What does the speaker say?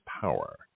power